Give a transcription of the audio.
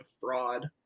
fraud